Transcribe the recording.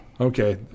okay